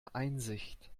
einsicht